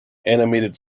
animated